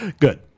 Good